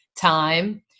time